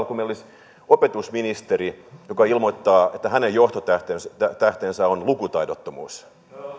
kuin meillä olisi opetusministeri joka ilmoittaa että hänen johtotähtensä on lukutaidottomuus